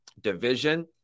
division